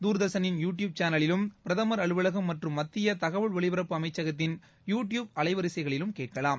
தூர்தர்ஷனின் YouTube சானலிலும் பிரதமர் அலுவலகம் மற்றும் மத்திய தகவல் ஒலிபரப்பு அமைச்சகத்தின் யூ ட்யூப் அலைவரிசைகளிலும் கேட்கலாம்